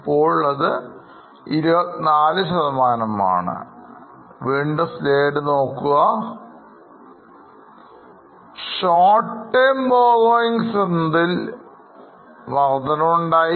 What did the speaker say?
ഇപ്പൊ 24 മാണ് Short term borrowings എന്നതിൽ വർധനവുണ്ടായി